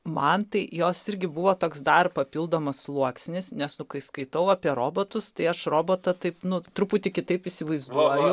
man tai jos irgi buvo toks dar papildomas sluoksnis nes kai skaitau apie robotus tai aš robotą taip na truputį kitaip įsivaizduoju